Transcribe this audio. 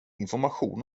information